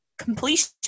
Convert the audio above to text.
completion